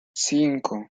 cinco